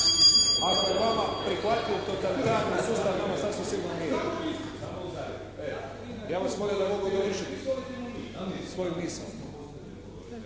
Ako je vama prihvatljiv totalitarni sustav nama sasvim sigurno nije. Ja bih vas molio da mogu završiti svoju misao.